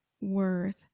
worth